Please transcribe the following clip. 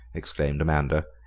exclaimed amanda.